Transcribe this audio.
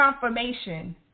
confirmation